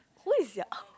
where is your